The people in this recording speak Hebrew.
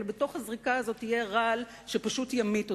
אבל בתוך הזריקה הזאת יהיה רעל שפשוט ימית אתכם.